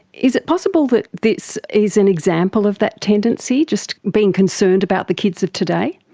is it possible that this is an example of that tendency, just being concerned about the kids of today?